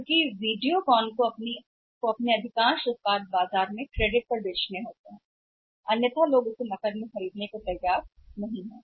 क्योंकि वीडियोकॉन को ज्यादातर बेचना है बाजार में उनके उत्पाद क्रेडिट पर हैं अन्यथा लोग उस नकदी को खरीदने के लिए तैयार नहीं हैं